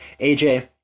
AJ